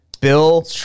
Bill